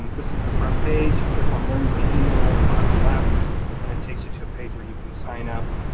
this is the front page, you click on learn by email on the bottom left, and it takes you to a page where you can sign up